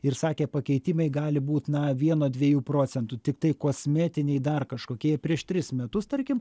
ir sakė pakeitimai gali būt na vieno dviejų procentų tiktai kosmetiniai dar kažkokie prieš tris metus tarkim